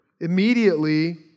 immediately